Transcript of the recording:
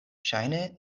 ŝajne